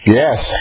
yes